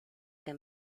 que